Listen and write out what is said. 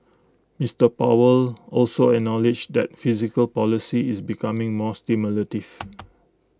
Mister powell also acknowledged that fiscal policy is becoming more stimulative